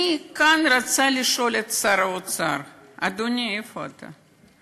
אני רוצה לשאול את שר האוצר: אדוני, איפה אתה?